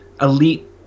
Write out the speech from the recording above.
elite